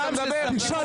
אתה בושה וחרפה.